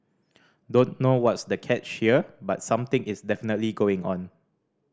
don't know what's the catch here but something is definitely going on